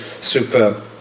super